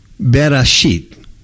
Berashit